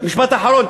משפט אחרון.